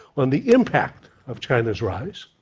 on the impact of china's rise,